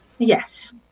Yes